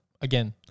again